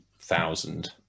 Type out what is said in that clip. thousand